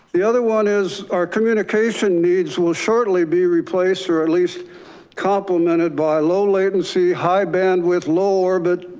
the other one is our communication needs will shortly be replaced or at least complemented by low latency, high bandwidth, low orbit.